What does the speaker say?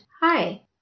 Hi